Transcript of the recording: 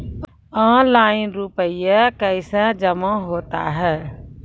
Online रुपये कैसे जमा होता हैं?